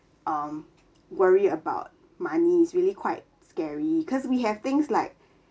um worry about money is really quite scary because we have things like